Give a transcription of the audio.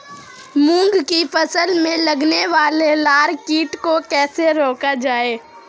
मूंग की फसल में लगने वाले लार कीट को कैसे रोका जाए?